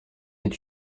est